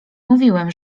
mówiłem